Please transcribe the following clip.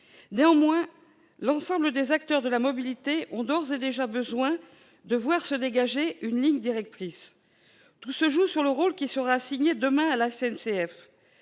Néanmoins, l'ensemble des acteurs de la mobilité ont d'ores et déjà besoin de voir se dégager une ligne directrice. Tout se joue sur le rôle qui sera assigné demain à la SNCF.